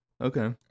Okay